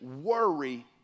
worry